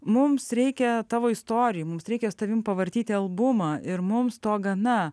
mums reikia tavo istorijų mums reikia su tavimi pavartyti albumą ir mums to gana